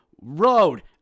road